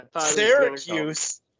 Syracuse